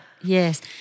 Yes